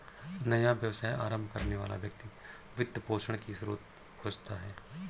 नया व्यवसाय आरंभ करने वाला व्यक्ति वित्त पोषण की स्रोत खोजता है